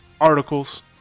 articles